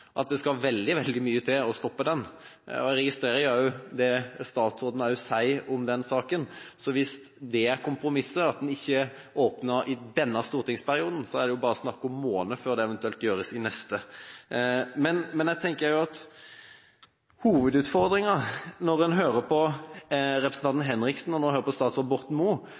at det skal veldig mye til å stoppe det. Jeg registrerer også det statsråden sier om den saken. Så hvis det er kompromisset, at man ikke åpner i denne stortingsperioden, er det bare snakk om måneder før det eventuelt gjøres i neste. Når jeg hører på representanten Henriksen og statsråd Borten